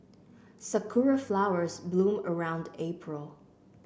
sakura flowers bloom around April